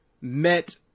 met